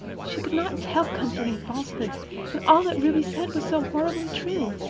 she could not tell comforting falsehoods and all that ruby said was so horribly true.